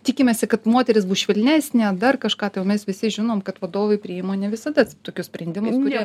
tikimesi kad moteris bus švelnesnė dar kažką tai o mes visi žinom kad vadovai priima ne visada tokius sprendimus kurie